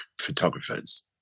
photographers